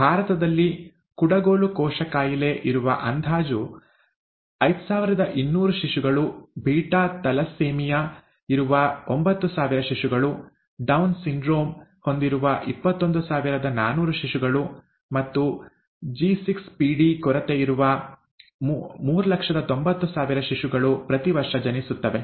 ಭಾರತದಲ್ಲಿ ಕುಡಗೋಲು ಕೋಶ ಕಾಯಿಲೆ ಇರುವ ಅಂದಾಜು 5200 ಶಿಶುಗಳು ಬೀಟಾ ಥಲಸ್ಸೆಮಿಯಾ ಇರುವ 9000 ಶಿಶುಗಳು ಡೌನ್ ಸಿಂಡ್ರೋಮ್ ಹೊಂದಿರುವ 21400 ಶಿಶುಗಳು ಮತ್ತು ಜಿ6ಪಿಡಿ ಕೊರತೆ ಇರುವ 390000 ಶಿಶುಗಳು ಪ್ರತಿ ವರ್ಷ ಜನಿಸುತ್ತವೆ